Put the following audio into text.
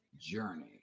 journey